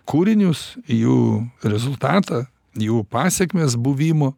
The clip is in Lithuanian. kūrinius jų rezultatą jų pasekmes buvimo